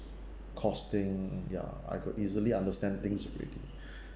costing ya I could easily understand things already